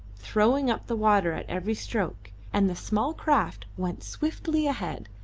throwing up the water at every stroke, and the small craft went swiftly ahead,